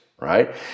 right